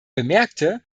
bemerkte